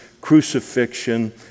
crucifixion